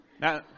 Now